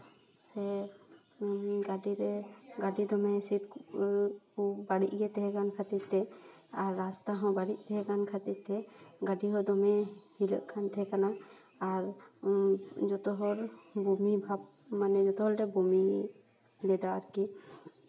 ᱥᱮ ᱜᱟᱹᱰᱤ ᱨᱮ ᱜᱟᱹᱰᱤ ᱫᱚᱢᱮ ᱥᱤᱴ ᱵᱟᱹᱲᱤᱡ ᱜᱮ ᱛᱟᱦᱮᱸ ᱠᱟᱱ ᱠᱷᱟᱹᱛᱤᱨ ᱛᱮ ᱟᱨ ᱨᱟᱥᱛᱟ ᱦᱚᱸ ᱵᱟᱹᱲᱤᱡ ᱛᱟᱦᱮᱸ ᱠᱟᱱ ᱠᱷᱟᱹᱛᱤᱨ ᱛᱮ ᱜᱟᱹᱰᱤ ᱦᱚᱸ ᱫᱚᱢᱮ ᱦᱤᱞᱟᱹᱜ ᱠᱟᱱ ᱛᱟᱦᱮᱸ ᱠᱟᱱᱟ ᱟᱨ ᱡᱚᱛᱚᱦᱚᱲ ᱵᱩᱢᱤᱤᱵᱷᱟᱵ ᱢᱟᱱᱮ ᱡᱚᱛᱚ ᱦᱚᱲᱞᱮ ᱵᱩᱢᱤ ᱞᱮᱫᱟ ᱟᱨᱠᱤ